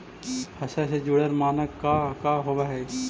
फसल से जुड़ल मानक का का होव हइ?